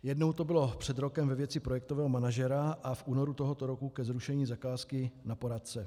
Jednou to bylo před rokem ve věci projektového manažera a v únoru tohoto roku ke zrušení zakázky na poradce.